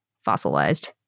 fossilized